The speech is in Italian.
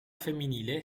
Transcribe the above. femminile